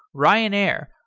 ryanair,